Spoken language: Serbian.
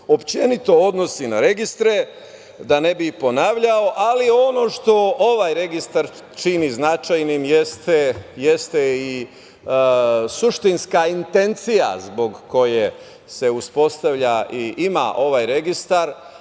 opšte odnosi na registre, da ne bih ponavljao, ali ono što ovaj registar čini značajnim jeste i suštinska intencija zbog koje se uspostavlja i ima ovaj registar,